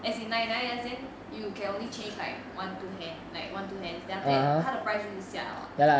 as in ninety nine years then you can only changed like one two hand like one two hands then after that 它的 price 就下了